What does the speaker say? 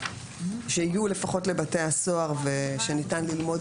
שהגיעו לפחות לבתי הסוהר ושניתן ללמוד מהם.